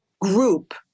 group